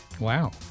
Wow